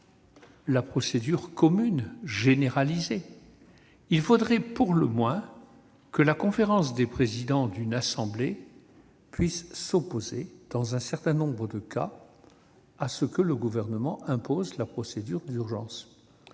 la procédure commune et généralisée. Il faudrait, pour le moins, que la conférence des présidents d'une assemblée puisse, dans un certain nombre de cas, s'opposer à ce que le Gouvernement impose la procédure d'urgence.